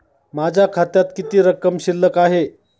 माझ्या खात्यात किती रक्कम शिल्लक आहे?